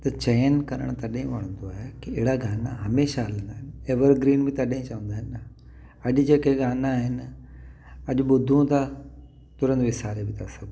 त चयन करण तॾहिं वणंदो आहे की अहिड़ा गाना हमेशह हलंदा आहिनि एवर ग्रीन बि तॾहिं चवंदा आहिनि न अॼु जेके गाना आहिनि अॼु ॿुधूं था तुरंत विसारे बि था सघूं